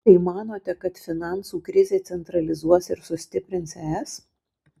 tai manote kad finansų krizė centralizuos ir sustiprins es